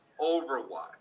Overwatch